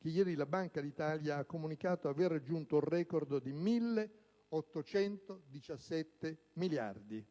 che ieri la Banca d'Italia ha comunicato avere raggiunto la cifra record di 1.827 miliardi.